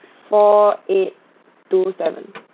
four eight two seven